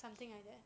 okay